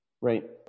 right